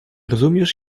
rozumiesz